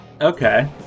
Okay